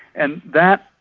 and that